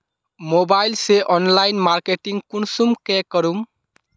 Mobile से online marketing कुंसम के करूम?